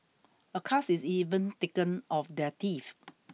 a cast is even taken of their teeth